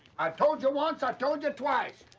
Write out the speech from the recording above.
i told ya once, i told ya twice!